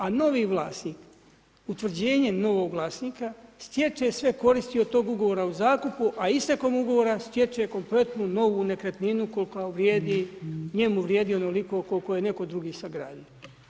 A novi vlasnik, utvrđenje novog vlasnika stječe sve koristi od tog ugovora o zakupu, a istekom ugovora stječe kompletnu novu nekretninu koliko vrijedi, njemu vrijedi onoliko koliko je neko drugi sagradio.